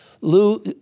Lou